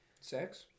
Sex